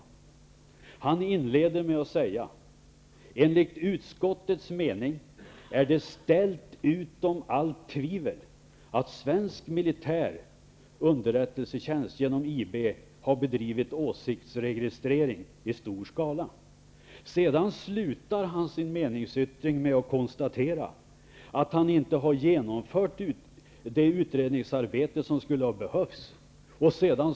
Johan Lönnroth inleder med att säga: Enligt utskottets mening är det ställt utom allt tvivel att svensk militär underrättelsetjänst genom IB har bedrivit åsiktsregistrering i stor skala. Johan Lönnroth avslutar sin meningsyttring med att konstatera att han inte har genomfört det utredningsarbete som skulle ha behövts.